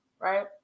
right